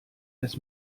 des